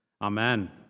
Amen